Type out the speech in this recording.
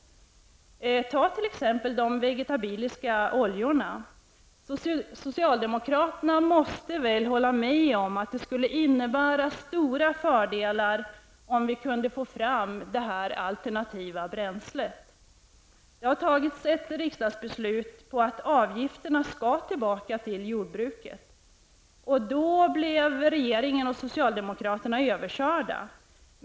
Se t.ex. på de vegetabiliska oljorna! Socialdemokraterna måste väl hålla med om att det skulle innebära stora fördelar om vi kunde få fram sådana som alternativa bränslen. Det har tagits ett riksdagsbeslut om att avgifterna skall gå tillbaka till jordbruket. Då blev regeringen och socialdemokraterna överkörda.